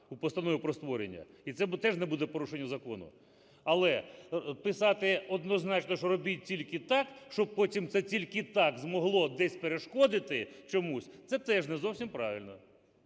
у постанові про створення. І це теж не буде порушенням закону. Але писати однозначно, що робіть тільки так, щоб потім це тільки так змогло десь перешкодити чомусь – це теж не зовсім правильно.